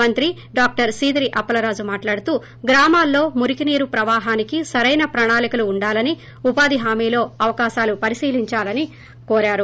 మంత్రి డాక్లర్ సీదిరి అప్పల రాజు మాట్లాడుతూ గ్రామాల్లో మురికి నీరు ప్రవాహానికి సరైన ప్రణాళికలు ఉండాలని ఉపాధి హామీలో అవకాశాలు పరిశీలించాలని కోరారు